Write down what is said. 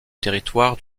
territoire